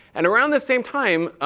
and around the same time,